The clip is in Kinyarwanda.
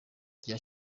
rya